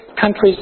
countries